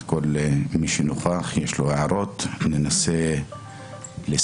את כל מי שנוכח ויש לו הערות וננסה לסיים.